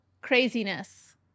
craziness